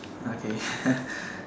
okay